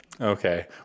Okay